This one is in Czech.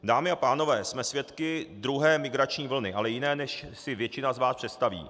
Dámy a pánové, jsme svědky druhé migrační vlny, ale jiné, než si většina z vás představí.